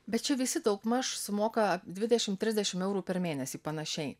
bet čia visi daugmaž sumoka dvidešimt trisdešimt eurų per mėnesį panašiai